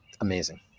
amazing